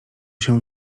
się